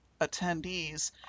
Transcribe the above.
attendees